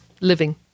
living